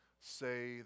say